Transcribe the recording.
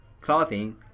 clothing